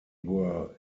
were